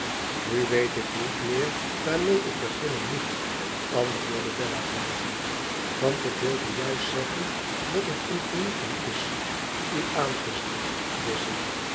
nu weet ik niet meer waarmede ik beginnen moet antwoordde bella blozend want ik wilde juist zeggen dat het een genoegen is u aan te zien